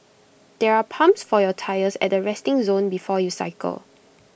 there are pumps for your tyres at the resting zone before you cycle